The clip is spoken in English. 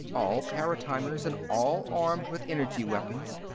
all paratimers and all armed with energy-weapons,